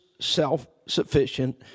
self-sufficient